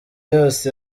yose